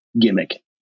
gimmick